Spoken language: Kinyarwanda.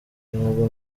ntabwo